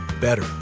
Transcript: better